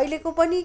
अहिलेको पनि